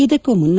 ಇದಕ್ಕೂ ಮುನ್ನ